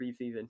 preseason